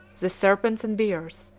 the serpents and bears,